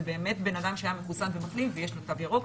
באמת בן אדם שהיה מחוסן ומחלים ויש לו תו ירוק.